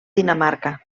dinamarca